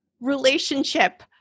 relationship